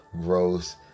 gross